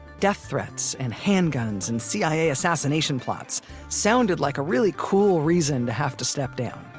death threats and handguns and cia assassination plots sounded like a really cool reason to have to step down.